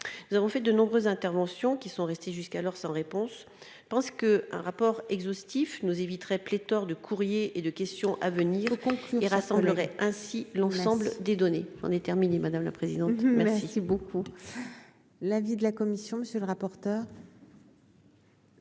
nous avons fait de nombreuses interventions qui sont restées jusqu'alors sans réponse pense que un rapport exhaustif nous éviterait pléthore de courrier et de questions à venir au concours qui rassemblerait ainsi. L'ensemble des données on madame la présidente, merci beaucoup, l'avis de la commission, monsieur le rapporteur.